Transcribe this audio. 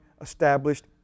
established